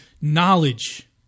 knowledge